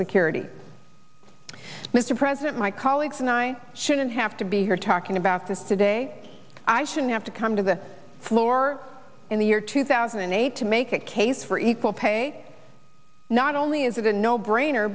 security mr president my colleagues and i shouldn't have to be here talking about this today i should have to come to the floor in the year two thousand and eight to make a case for equal pay not only is it a no brainer